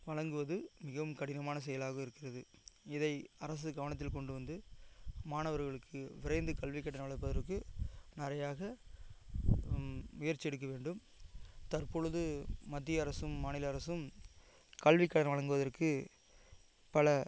வழங்குவது மிகவும் கடினமான செயலாக இருக்கிறது இதை அரசு கவனத்தில் கொண்டு வந்து மாணவர்களுக்கு விரைந்து கல்விக் கடன் அளிப்பதற்கு நறையாக முயற்சி எடுக்க வேண்டும் தற்பொழுது மத்திய அரசும் மாநில அரசும் கல்விக் கடன் வழங்குவதற்கு பல